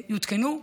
יותקנו,